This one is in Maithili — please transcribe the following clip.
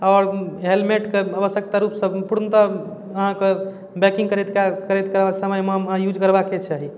आओर हेलमेटके आवश्यकता रूपसँ पूर्णतः अहाँके बाइकिङ्ग करैत काल करैत काल समयमे अहाँ यूज करबाके चाही